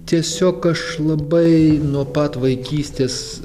tiesiog aš labai nuo pat vaikystės